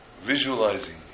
visualizing